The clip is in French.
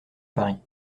paris